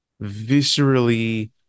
viscerally